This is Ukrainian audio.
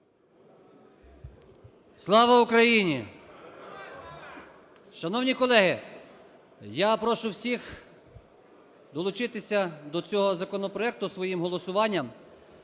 ЛАПІН І.О. Шановні колеги! Я прошу всіх долучитися до цього законопроекту своїм голосуванням.